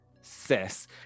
sis